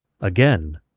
Again